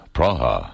Praha